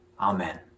Amen